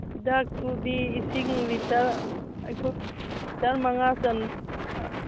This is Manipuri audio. ꯍꯤꯗꯥꯛꯇꯨꯗꯤ ꯏꯁꯤꯡ ꯂꯤꯇꯔ ꯑꯩꯈꯣꯏ ꯂꯤꯇꯔ ꯃꯉꯥ ꯆꯟꯕꯗ